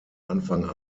anfang